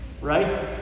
right